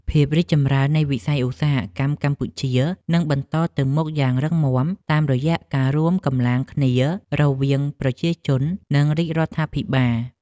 ភាពរីកចម្រើននៃវិស័យឧស្សាហកម្មកម្ពុជានឹងបន្តទៅមុខយ៉ាងរឹងមាំតាមរយៈការរួមកម្លាំងគ្នារវាងប្រជាជន និងរាជរដ្ឋាភិបាល។